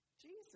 Jesus